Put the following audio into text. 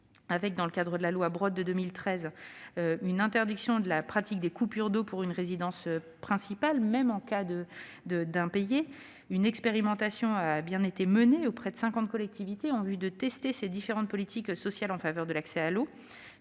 d'eau. Dans le cadre de la loi Brottes de 2013, qui a interdit la pratique des coupures d'eau pour une résidence principale, même en cas d'impayés, une expérimentation a été menée auprès de cinquante collectivités en vue de tester différentes politiques sociales en faveur de l'accès à l'eau.